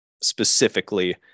specifically